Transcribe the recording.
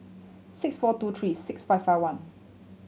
six four two three six five five one